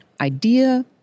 idea